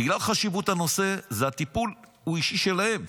בגלל חשיבות הנושא, הטיפול הוא אישי שלהם,